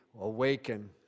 awaken